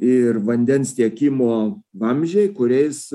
ir vandens tiekimo vamzdžiai kuriais